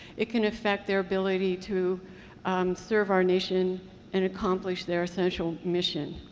it can affect their ability to serve our nation and accomplish their essential mission.